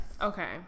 Okay